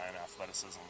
athleticism